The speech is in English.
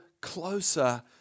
closer